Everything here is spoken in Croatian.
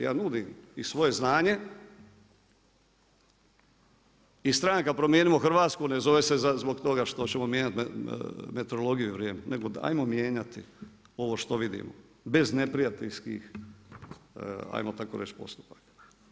Ja nudim i svoje znanje i stranka Promijenimo Hrvatsku ne zove se zbog toga što ćemo mijenjati meteorologiju i vrijeme nego ajmo mijenjati ovo što vidimo bez neprijateljskih, ajmo tako reći postupaka.